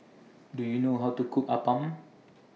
Do YOU know How to Cook Appam